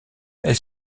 elle